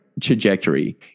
trajectory